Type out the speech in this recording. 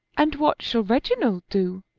and what shall reginald do?